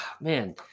man –